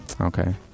Okay